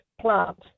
plant